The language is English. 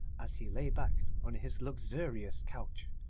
as he lay back on his luxurious couch,